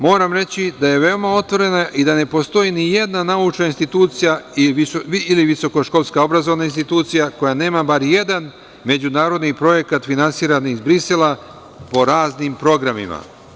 Moram reći da je veoma otvorena i da ne postoji ni jedna naučna institucija ili visokoškolska obrazovna institucija koja nema bar jedan međunarodni projekat finansiran iz Brisela po raznim programima.